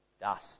dust